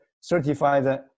certified